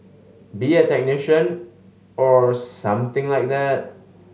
be a technician or something like that